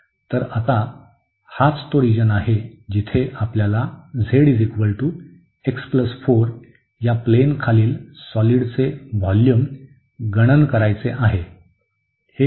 तर आता हाच तो रिजन आहे जिथे आपल्याला z x 4 या प्लेन खालील सॉलिडचे व्होल्यूम गणन करायचे आहे